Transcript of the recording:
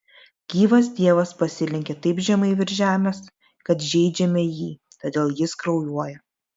gyvas dievas pasilenkia taip žemai virš žemės kad žeidžiame jį todėl jis kraujuoja